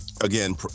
again